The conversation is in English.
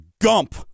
gump